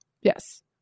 Yes